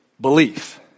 belief